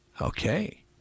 Okay